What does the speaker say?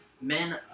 men